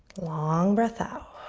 long breath out.